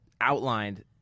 outlined